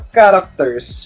characters